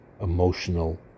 emotional